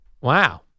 Wow